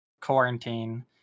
quarantine